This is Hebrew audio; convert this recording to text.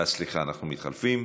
אה, סליחה, אנחנו מתחלפים.